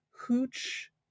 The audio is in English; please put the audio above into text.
Hooch